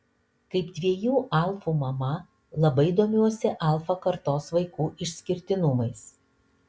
kaip dviejų alfų mama labai domiuosi alfa kartos vaikų išskirtinumais